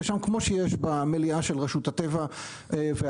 כפי שיש במליאה של רשות הטבע והגנים.